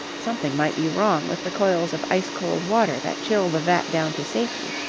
something might be wrong with the coils of ice-cold water that chill the vat down to safety.